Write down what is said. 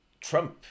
Trump